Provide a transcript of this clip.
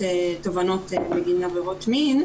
לתובענות בגין עבירות מין.